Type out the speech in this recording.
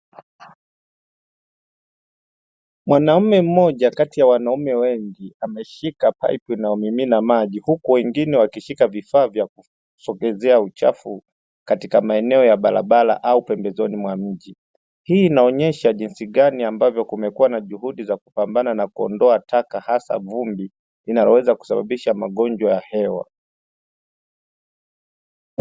Mwanume mmoja kati ya wanaume wengi ameshika paipu inayomimina maji uku wengine wakishika vifaa vya kusogezea uchafu katika maeneo ya barabara au pembezoni mwa mji, hii inaonyesha jinsi gani ambavyo kumekuwa na juhudi za kupambana na kuondoa taka hasa vumbi linaloweza kusababisha magonjwa ya hewa.